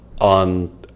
on